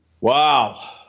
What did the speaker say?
Wow